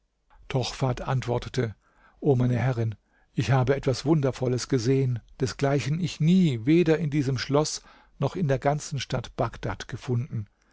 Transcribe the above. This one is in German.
tochfat antwortete o meine herrin ich habe etwas wundervolles gesehen desgleichen ich nie weder in diesem schloß noch in der ganzen stadt bagdad gefunden